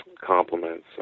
compliments